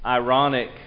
ironic